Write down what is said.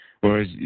Whereas